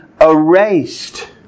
erased